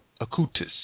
Acutis